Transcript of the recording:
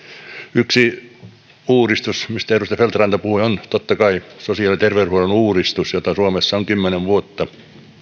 yksi uudistus mistä edustaja feldt ranta puhui on totta kai sosiaali ja terveydenhuollon uudistus jota suomessa on kymmenen vuotta